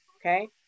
Okay